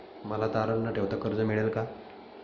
मला तारण न ठेवता कर्ज मिळेल का?